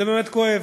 זה באמת כואב.